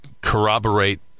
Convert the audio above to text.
corroborate